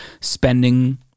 spending